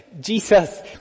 Jesus